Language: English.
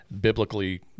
biblically